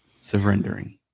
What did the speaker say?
surrendering